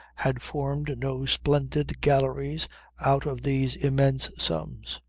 had formed no splendid galleries out of these immense sums.